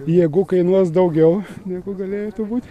jėgų kainuos daugiau negu galėtų būt